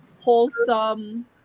wholesome